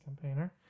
campaigner